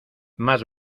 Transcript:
más